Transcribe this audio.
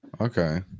Okay